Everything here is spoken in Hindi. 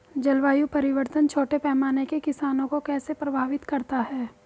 जलवायु परिवर्तन छोटे पैमाने के किसानों को कैसे प्रभावित करता है?